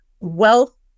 wealth